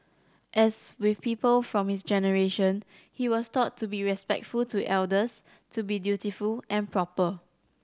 as with people from his generation he was taught to be respectful to elders to be dutiful and proper